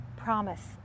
promise